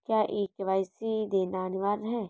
क्या के.वाई.सी देना अनिवार्य है?